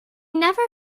never